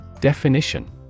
Definition